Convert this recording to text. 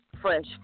fresh